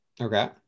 Okay